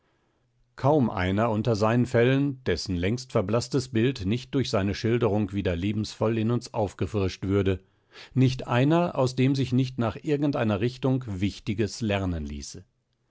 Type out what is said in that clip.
kaum einer unter seinen fällen dessen längst verblaßtes bild nicht durch seine schilderung wieder lebensvoll in uns aufgefrischt würde nicht einer aus dem sich nicht nach irgendeiner richtung wichtiges lernen ließe